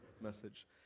message